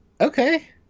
Okay